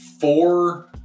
Four